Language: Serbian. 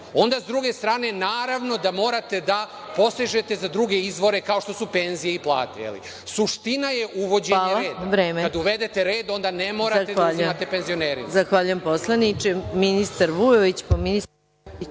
onda sa druge strane, naravno, da morate da postižete za druge izvore, kao što su penzije i plate. Suština je uvođenje reda. Kada uvedete red, onda ne morate da uzimate penzionerima.